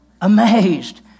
Amazed